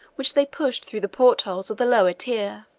which they pushed through the portholes of the lower tier.